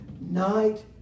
Night